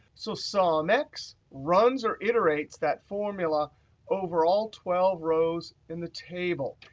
so sumx runs or iterates that formula overall twelve rows in the table.